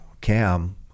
Cam